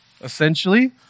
essentially